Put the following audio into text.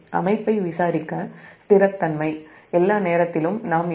அமைப்பை விசாரிக்க நிலைத்தன்மை எல்லா நேரத்திலும் இல்லை